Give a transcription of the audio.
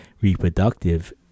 reproductive